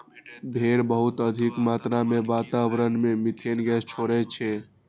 भेड़ बहुत अधिक मात्रा मे वातावरण मे मिथेन गैस छोड़ै छै